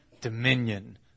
dominion